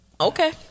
Okay